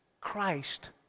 Christ